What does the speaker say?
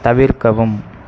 தவிர்க்கவும்